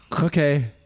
Okay